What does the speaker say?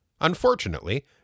Unfortunately